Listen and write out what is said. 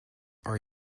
are